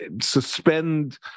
suspend